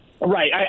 Right